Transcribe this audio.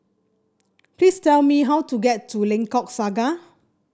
please tell me how to get to Lengkok Saga